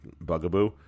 bugaboo